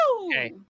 Okay